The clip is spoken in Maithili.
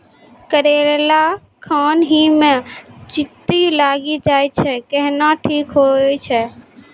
करेला खान ही मे चित्ती लागी जाए छै केहनो ठीक हो छ?